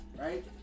right